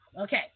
Okay